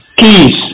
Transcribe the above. keys